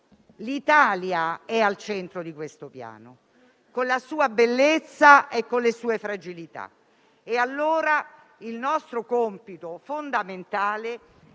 l'Italia è al centro di questo Piano con la sua bellezza e le sue fragilità. Il nostro compito fondamentale